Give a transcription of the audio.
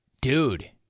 Dude